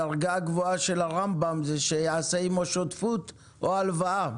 הדרגה הגבוהה של הרמב"ם זה שיעשה עימו שותפות או הלוואה,